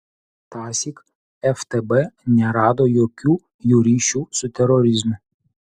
tąsyk ftb nerado jokių jų ryšių su terorizmu